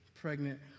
pregnant